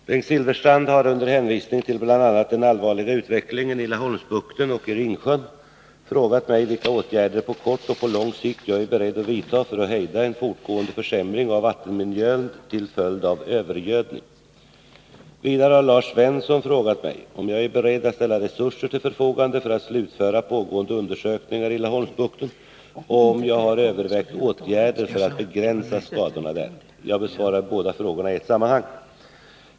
Herr talman! Bengt Silfverstrand har under hänvisning till bl.a. den allvarliga utvecklingen i Laholmsbukten och i Ringsjön frågat mig vilka åtgärder på kort och lång sikt jag är beredd att vidtaga för att hejda en fortgående försämring av vattenmiljön till följd av övergödning. Vidare har Lars Svensson frågat mig om jag är beredd att ställa resurser till förfogande för att slutföra pågående undersökningar i Laholmsbukten och om jag har övervägt åtgärder för att begränsa skadorna där. Jag besvarar båda frågorna i ett sammanhang.